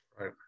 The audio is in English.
Right